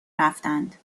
رفتند